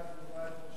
האם אדוני יודע מה תגובת